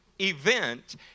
event